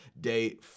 day